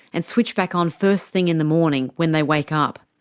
and switch back on first thing in the morning, when they wake up.